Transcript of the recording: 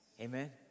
Amen